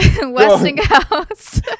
westinghouse